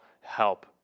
help